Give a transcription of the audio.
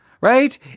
right